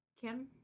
Kim